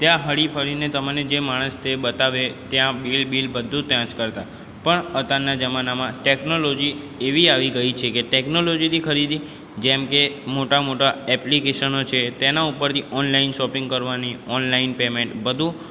ત્યાં હરી ફરીને તમને જે માણસ છે તે બતાવે ત્યાં બિલ બિલ બધુ ત્યાં જ કરતા પણ અત્યારના જમાનામાં ટેકનોલોજી એવી આવી ગઇ છે કે ટેકનોલોજીથી ખરીદી જેમ કે મોટાં મોટાં એપ્લિકેશનો છે તેના ઉપરથી ઓનલાઇન શોપિંગ કરવાની ઓનલાઇન પેમેન્ટ બધુ